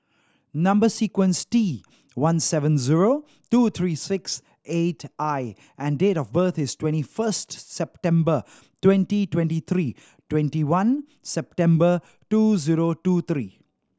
number sequence T one seven zero two three six eight I and date of birth is twenty first September twenty twenty three twenty one September two zero two three